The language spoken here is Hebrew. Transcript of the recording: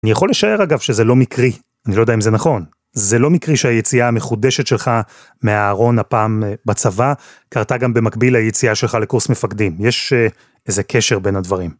אני יכול לשער אגב שזה לא מקרי, אני לא יודע אם זה נכון, זה לא מקרי שהיציאה המחודשת שלך מהארון הפעם בצבא, קרתה גם במקביל ליציאה שלך לקורס מפקדים, יש איזה קשר בין הדברים.